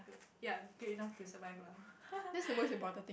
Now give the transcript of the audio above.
ya good enough to survive lah